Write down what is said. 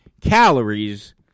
calories